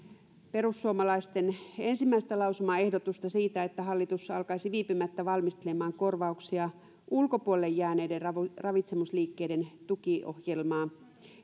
perussuomalaisten ensimmäistä lausumaehdotusta siitä että hallitus alkaisi viipymättä valmistelemaan korvauksia ulkopuolelle jääneiden ravitsemusliikkeiden tukiohjelmaa